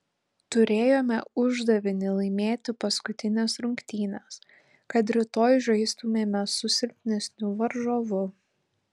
turėjome uždavinį laimėti paskutines rungtynes kad rytoj žaistumėme su silpnesniu varžovu